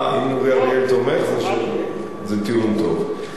אה, אם אורי אריאל תומך, זה טיעון טוב.